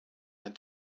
had